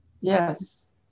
Yes